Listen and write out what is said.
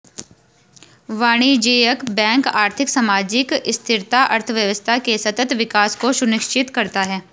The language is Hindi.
वाणिज्यिक बैंक आर्थिक, सामाजिक स्थिरता, अर्थव्यवस्था के सतत विकास को सुनिश्चित करता है